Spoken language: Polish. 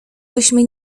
byśmy